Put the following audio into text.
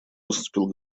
выступил